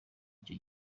icyo